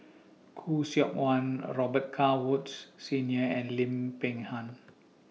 Khoo Seok Wan Robet Carr Woods Senior and Lim Peng Han